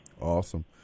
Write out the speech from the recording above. Awesome